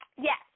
yes